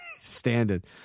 Standard